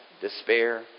despair